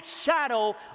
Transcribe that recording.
shadow